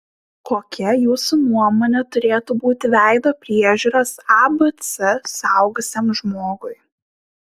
kokia jūsų nuomone turėtų būti veido priežiūros abc suaugusiam žmogui